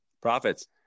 Profits